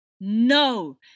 No